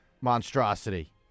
monstrosity